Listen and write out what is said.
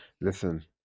Listen